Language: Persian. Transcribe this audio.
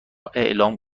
اعلام